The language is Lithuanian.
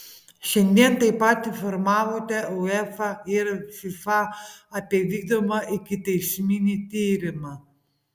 šiandien taip pat informavote uefa ir fifa apie vykdomą ikiteisminį tyrimą